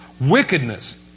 wickedness